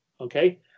okay